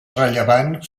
rellevant